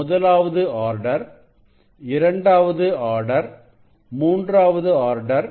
முதலாவது ஆர்டர் இரண்டாவது ஆர்டர் மூன்றாவது ஆர்டர்